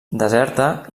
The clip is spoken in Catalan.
deserta